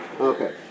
Okay